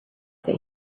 that